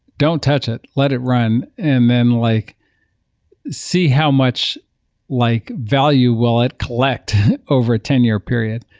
don't touch it, let it run and then like see how much like value will it collect over a ten year period?